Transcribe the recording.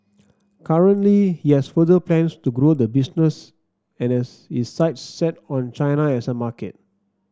currently he has further plans to grow the business and has his sights set on China as a market